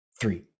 three